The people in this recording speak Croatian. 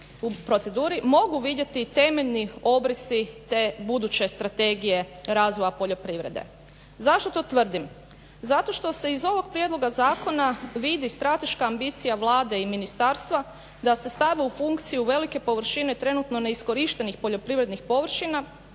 proceduri, mogu vidjeti temeljni obrisi te buduće Strategije razvoja poljoprivrede. Zašto to tvrdim? Zato što se iz ovog prijedloga zakona vidi strateška ambicija Vlade i ministarstva da se stave u funkciju velike površine trenutno neiskorištenih poljoprivrednih površina,